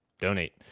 donate